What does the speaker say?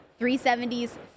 370s